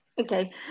Okay